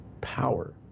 power